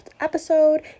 episode